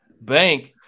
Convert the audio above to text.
Bank